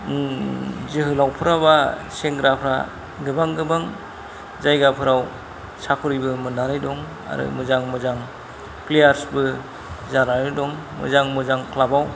जोहोलावफ्राबा सेंग्राफ्रा गोबां गोबां जायगाफोराव सखरिबो मोननानै दं आरो मोजां मोजां प्लेयार्सबो जानानै दं मोजां मोजां क्लाबाव